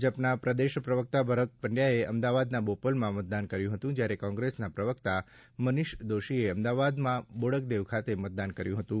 ભાજપના પ્રદેશ પ્રવક્તા ભરત પંડચાએ અમદાવાદના બોપલમાં મતદાન કર્યું હતું જ્યારે કોંગ્રેસના પ્રવક્તા મનિષ દોશીએ અમદાવાદમાં બોડકદેવ ખાતે મતદાન કર્યું હતું